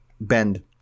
bend